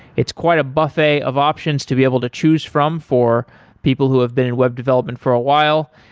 it's quite a buffet of options to be able to choose from for people who have been in web development for a while.